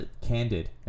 Candid